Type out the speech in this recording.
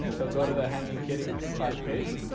so go to the hanging kitty product page.